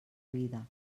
vida